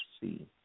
see